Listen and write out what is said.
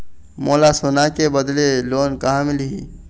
मोला सोना के बदले लोन कहां मिलही?